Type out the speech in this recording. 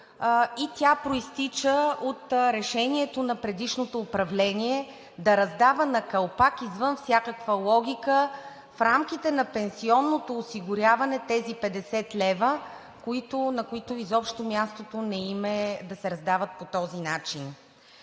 тя произтича от решението на предишното управление да раздава на калпак, извън всякаква логика, в рамките на пенсионното осигуряване тези 50 лв., на които изобщо мястото не им е да се раздават по този начин.